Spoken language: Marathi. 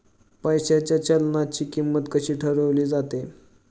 पैशाच्या चलनाची किंमत कशी ठरवली जाते